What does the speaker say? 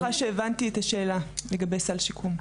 אני לא בטוחה שהבנתי את השאלה לגבי סל שיקום.